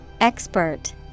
Expert